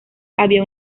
había